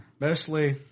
mostly